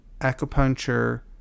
acupuncture